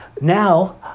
now